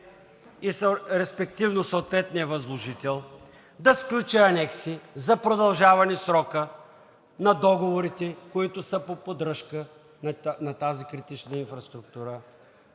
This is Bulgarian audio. респективно съответния възложител, да сключи анекси за продължаване срока на договорите, които са по поддръжка на тази критична инфраструктура,